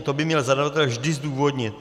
To by měl zadavatel vždy zdůvodnit.